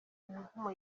imivumo